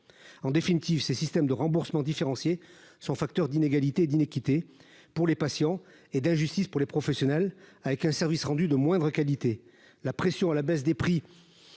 en définitive ces système de remboursement différencié son facteur d'inégalité d'inéquité pour les patients et d'injustice pour les professionnels, avec un service rendu de moindre qualité, la pression à la baisse des prix